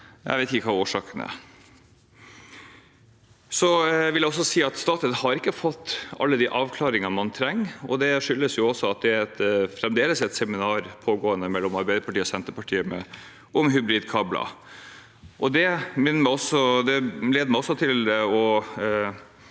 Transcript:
Jeg vet ikke hva årsaken er. Jeg vil også si at Statnett ikke har fått alle de avklaringene man trenger, og det skyldes også at det fremdeles er et seminar pågående mellom Arbeiderpartiet og Senterpartiet om hybridkabler. Det leder meg også til å